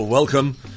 Welcome